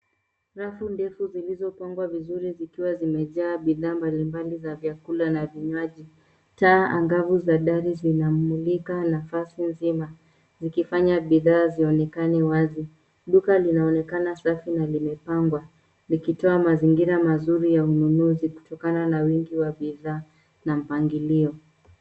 Rafu ndefu zilizopangwa vizuri zikiwa zimejaa bidhaa mbalimbali za vyakula na vinywaji. Taa angavu za dari zinamulika nafasi nzima, zikifanya bidhaa zionekane wazi. Duka linaonekana safi na limepangwa, likitoa mazingira mazuri ya ununuzi kutokana na wingi wa bidhaa na mpangilio.